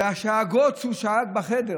והשאגות שהוא שאג בחדר